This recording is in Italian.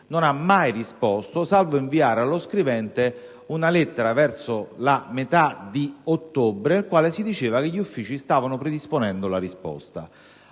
non ha mai risposto, salvo inviare allo scrivente una lettera, verso la metà di ottobre, in cui si diceva che gli uffici stavano predisponendo la risposta.